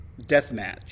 deathmatch